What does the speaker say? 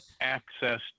access